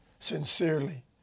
Sincerely